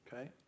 Okay